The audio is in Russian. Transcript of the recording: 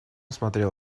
смотрел